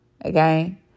again